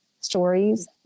stories